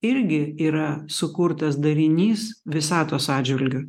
irgi yra sukurtas darinys visatos atžvilgiu